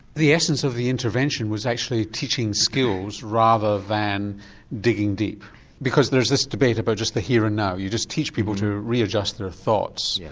the essence of the intervention was actually teaching skills rather than digging deep because there's this debate about just the here and now, you just teach people to re-adjust their thoughts, yeah